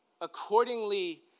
accordingly